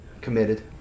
committed